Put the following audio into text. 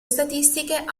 statistiche